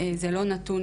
זה לא נתון